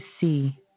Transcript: see